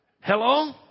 Hello